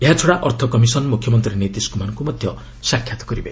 ଏହାଛଡ଼ା ଅର୍ଥ କମିଶନ୍ ମୁଖ୍ୟମନ୍ତ୍ରୀ ନୀତିଶ୍ କୁମାରଙ୍କୁ ସାକ୍ଷାତ୍ କରିବେ